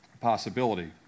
possibility